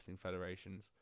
federations